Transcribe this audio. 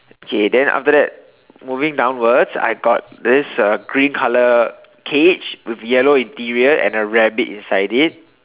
okay then after that moving downwards I got this uh green colour cage with yellow interior and a rabbit inside it